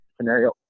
scenario